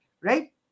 right